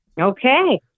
Okay